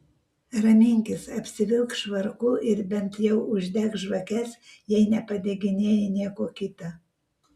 raminkis apsivilk švarku ir bent jau uždek žvakes jei nepadeginėji nieko kita